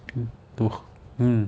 hmm mm